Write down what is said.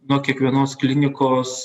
nuo kiekvienos klinikos